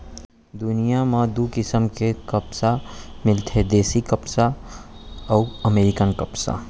दुनियां म दू किसम के कपसा मिलथे देसी कपसा अउ अमेरिकन कपसा